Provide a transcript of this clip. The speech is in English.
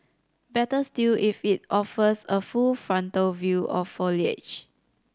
better still if it offers a full frontal view of foliage